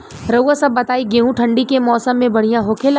रउआ सभ बताई गेहूँ ठंडी के मौसम में बढ़ियां होखेला?